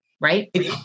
right